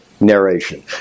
narration